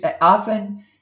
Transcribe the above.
Often